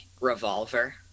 Revolver